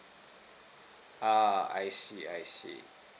uh I see I see